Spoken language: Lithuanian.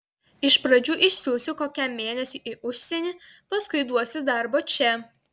iš pradžių išsiųsiu kokiam mėnesiui į užsienį paskui duosiu darbo čia